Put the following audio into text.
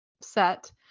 set